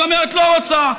היא אומרת: לא רוצה.